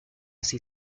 así